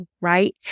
right